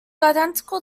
identical